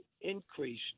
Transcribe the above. increase